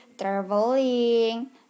traveling